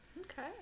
Okay